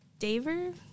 Daver